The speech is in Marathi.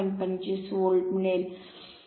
25 व्होल्ट मिळेल हे मिळेल